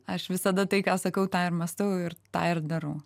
aš visada tai ką sakau permąstau ir tą ir darau